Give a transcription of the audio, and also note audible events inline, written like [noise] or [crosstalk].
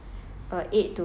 [noise]